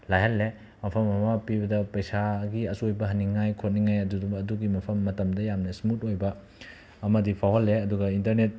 ꯂꯥꯏꯍꯥꯜꯂꯦ ꯃꯐꯝ ꯑꯃ ꯄꯤꯕꯗ ꯄꯩꯁꯥꯒꯤ ꯑꯆꯣꯏꯕ ꯍꯟꯅꯤꯡꯉꯥꯏ ꯈꯣꯠꯅꯤꯡꯉꯥꯏ ꯑꯗꯨꯗꯨ ꯑꯗꯨꯒꯤ ꯃꯐꯝ ꯃꯇꯝꯗ ꯌꯥꯝꯅ ꯁ꯭ꯃꯨꯠ ꯑꯣꯏꯕ ꯑꯃꯗꯤ ꯐꯥꯎꯍꯜꯂꯦ ꯑꯗꯨꯒ ꯏꯟꯇꯔꯅꯦꯠ